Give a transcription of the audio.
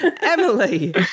Emily